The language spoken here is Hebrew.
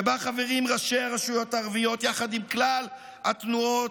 וחברים בו ראשי רשויות ערביות יחד עם כלל התנועות,